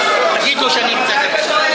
תגיד לו שאני רוצה לדבר.